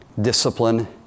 discipline